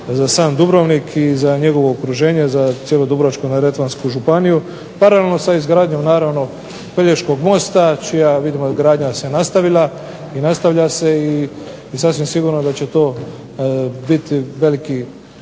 za sam Dubrovnik i za njegovo okruženje, za cijelu Dubrovačko-neretvansku županiju. Paralelno sa izgradnjom naravno Pelješkog mosta čija je vidimo izgradnja se nastavila i nastavlja se. I sasvim sigurno da će to biti veliki